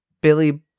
Billy